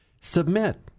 submit